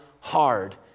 hard